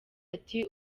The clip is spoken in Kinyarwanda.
ati